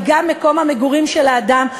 מקום המגורים של האדם,